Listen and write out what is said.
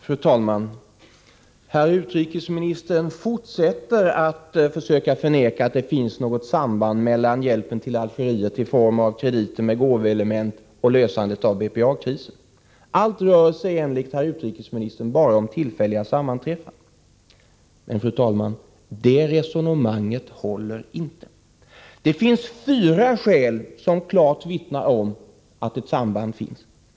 Fru talman! Herr utrikesministern fortsätter att förneka att det finns något samband mellan hjälpen till Algeriet i form av krediter med gåvoelement och lösandet av BPA-krisen. Allt rör sig, enligt herr utrikesministern, om tillfälliga sammanträffanden. Men det resonemanget håller inte! Det finns 87 fyra förhållanden som klart vittnar om att ett samband finns.